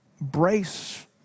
brace